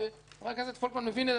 חבר הכנסת פולקמן מבין את זה מצוין,